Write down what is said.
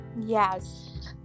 Yes